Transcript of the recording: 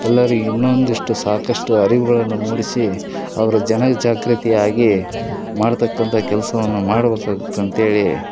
ಎಲ್ಲರೂ ಇನ್ನೊಂದಿಷ್ಟು ಸಾಕಷ್ಟು ಅರಿವುಗಳನ್ನು ಮೂಡಿಸಿ ಅವರು ಜನಜಾಗೃತಿಯಾಗಿ ಮಾಡತಕ್ಕಂಥ ಕೆಲಸವನ್ನು ಮಾಡ್ಬೇಕಾಗುತ್ತೆ ಅಂತೇಳಿ